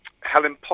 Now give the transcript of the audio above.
Helen